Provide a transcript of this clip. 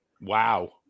Wow